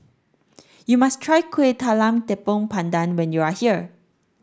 you must try Kueh Talam Tepong Pandan when you are here